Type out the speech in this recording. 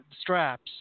straps –